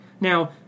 Now